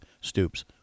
Stoops